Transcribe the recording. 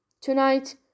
Tonight